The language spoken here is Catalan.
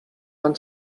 fan